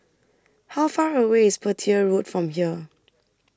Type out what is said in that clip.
How Far away IS Petir Road from here